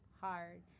hard